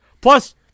Plus